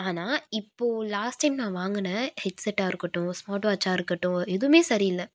ஆனால் இப்போது last time நான் வாங்கின ஹெட்செட்டாக இருக்கட்டும் ஸ்மார்ட் வாட்சாக இருக்கட்டும் எதுவுமே சரியில்லை